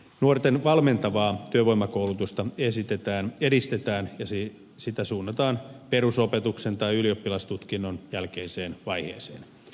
nuorten valmentavaa työvoimakoulutusta edistetään ja sitä suunnataan perusopetuksen tai ylioppilastutkinnon jälkeiseen vaiheeseen